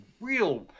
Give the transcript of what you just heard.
real